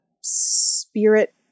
spirit